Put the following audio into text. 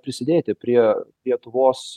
prisidėti prie lietuvos